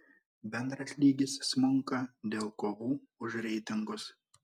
bendras lygis smunka dėl kovų už reitingus